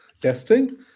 testing